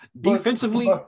Defensively